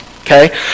Okay